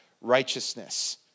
righteousness